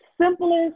simplest